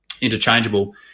interchangeable